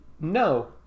No